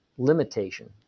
limitation